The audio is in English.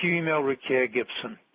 yeah email rekaya gibson.